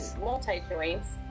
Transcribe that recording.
multi-joints